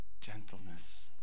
gentleness